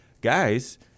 Guys